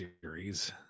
series